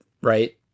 right